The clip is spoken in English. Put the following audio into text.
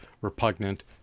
repugnant